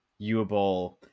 Uable